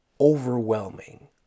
overwhelming